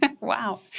Wow